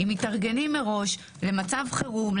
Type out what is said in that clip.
אם מתארגנים מראש למצב חירום,